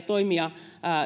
toimia